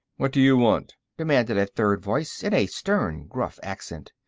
what do you want? demanded a third voice, in a stern, gruff accent.